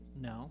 No